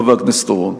חבר הכנסת אורון.